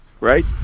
right